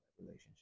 relationship